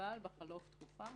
אבל בחלוף תקופה